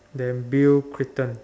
then bill-Clinton